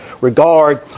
regard